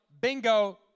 bingo